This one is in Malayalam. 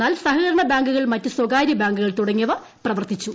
എന്നാൽ സഹകരണ ബാങ്കുകൾ മറ്റ് സ്വകാര്യ ബാങ്കുകൾ തുടങ്ങിയവ പ്രവർത്തിച്ചു